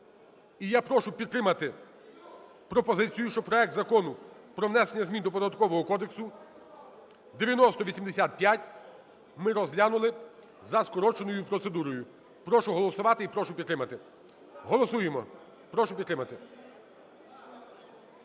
І я прошу підтримати пропозицію, щоб проект Закону про внесення змін до Податкового кодексу 9085 ми розглянули за скороченою процедурою. Прошу голосувати і прошу підтримати. Голосуємо! Прошу підтримати.